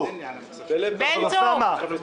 אני לא יודע אם לבכות או לצחוק על